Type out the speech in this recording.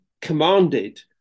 commanded